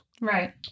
right